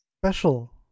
special